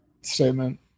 statement